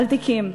על תיקים,